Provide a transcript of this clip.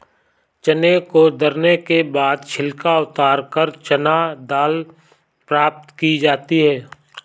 चने को दरने के बाद छिलका उतारकर चना दाल प्राप्त की जाती है